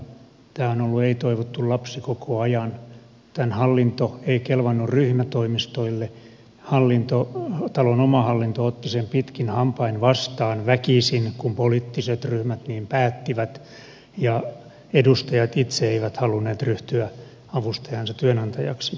tämä on ollut ei toivottu lapsi koko ajan tämän hallinto ei kelvannut ryhmätoimistoille talon oma hallinto otti sen pitkin hampain vastaan väkisin kun poliittiset ryhmät niin päättivät ja edustajat itse eivät halunneet ryhtyä avustajiensa työnantajiksi